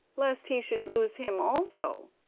lest he should lose him also.